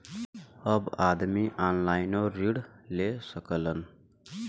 अब आदमी ऑनलाइनों ऋण ले सकलन